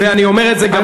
ואני אומר את זה גם לך,